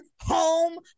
home